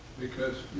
because,